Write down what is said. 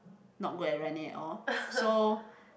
not good at running at all so